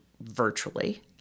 virtually